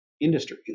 industry